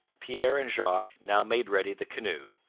pierre and jacques now made ready the canoe,